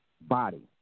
body